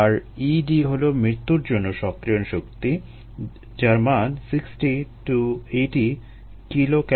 আর Ed হলো মৃত্যুর জন্য সক্রিয়ণ শক্তি যার মান 60 - 80 kcal mol 1 এর আশেপাশে